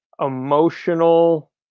emotional